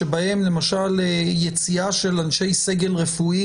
שבהם למשל יציאה של אנשי סגל רפואי